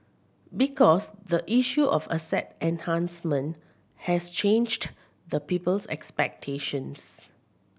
because the issue of asset enhancement has changed the people's expectations